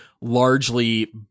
largely